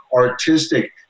artistic